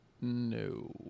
No